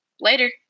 Later